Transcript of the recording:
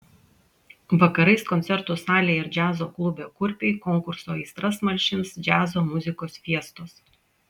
vakarais koncertų salėje ir džiazo klube kurpiai konkurso aistras malšins džiazo muzikos fiestos